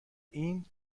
این